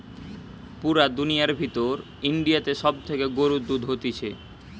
পুরা দুনিয়ার ভিতর ইন্ডিয়াতে সব থেকে গরুর দুধ হতিছে